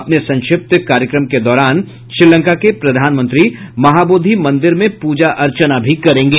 अपने संक्षिप्त कार्यक्रम के दौरान श्रीलंका के प्रधानमंत्री महाबोधि मंदिर में पूजा अर्चना भी करेंगे